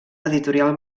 editorial